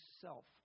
self